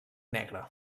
negre